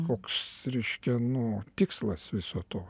koks reiškia nu tikslas viso to